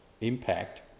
impact